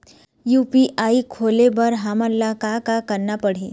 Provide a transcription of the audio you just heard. UPI खोले बर हमन ला का का करना पड़ही?